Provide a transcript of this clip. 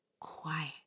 quiet